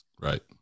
Right